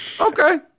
Okay